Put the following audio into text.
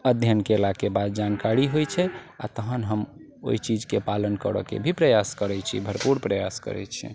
अध्ययन कयलाके बाद जानकारी होइ छै आओर तहन हम ओइ चीजके पालन करैके भी प्रयास करै छी भरपूर प्रयास करै छी